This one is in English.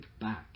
back